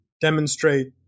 demonstrate